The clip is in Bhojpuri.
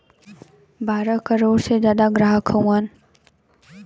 बारह करोड़ से जादा ग्राहक हउवन